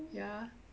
ya